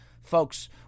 folks